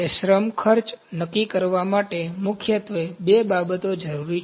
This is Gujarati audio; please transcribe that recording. તે શ્રમ ખર્ચ નક્કી કરવા માટે મુખ્યત્વે બે બાબતો જરૂરી છે